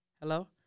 Hello